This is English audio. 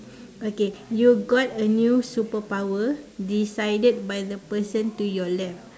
okay you got a new superpower decided by the person to your left